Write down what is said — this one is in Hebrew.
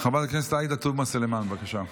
חברת הכנסת עאידה תומא סלימאן, בבקשה.